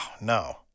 no